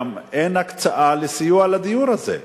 גם אין הקצאה לסיוע לדיור הזה.